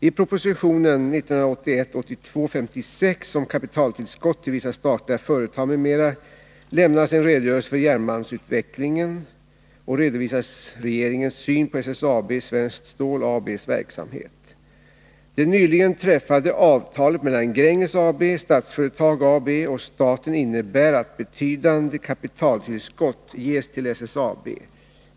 I proposition 1981/82:56 om kapitaltillskott till vissa statliga företag, m.m. lämnas en redogörelse för järnmalmsutvecklingen och redovisas regeringens syn på SSAB Svenskt Stål AB:s verksamhet. Det nyligen träffade avtalet mellan Gränges AB, Statsföretag AB och staten innebär att betydande kapitaltillskott ges till SSAB.